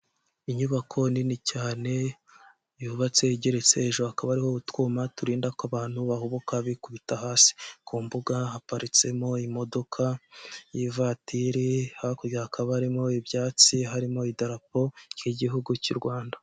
Inyubako nini cyane yubatse igeretse, hejuru hakaba hariho utwuma turinda ko abantu bahubuka bikubita hasi, ku mbuga haparitsemo imodoka y'ivatiri hakurya hakaba harimo ibyatsi, harimo itarapo ry'igihugu cy'u Rwanda.